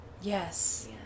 Yes